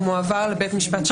הוא מועבר לבית משפט שלום.